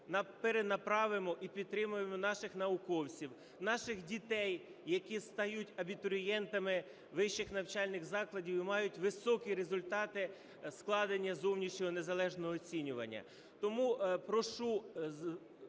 перенаправимо і підтримаємо наших науковців, наших дітей, які стають абітурієнтами вищих навчальних закладів і мають високі результати складання зовнішнього незалежного оцінювання.